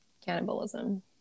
Cannibalism